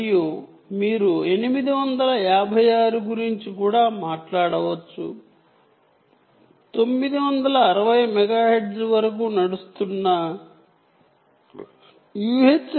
మరియు మీరు 856 మెగాహెర్ట్జ్ నుండి 960 మెగాహెర్ట్జ్ వరకు గురించి కూడా మాట్లాడవచ్చు